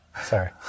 Sorry